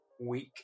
week